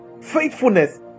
Faithfulness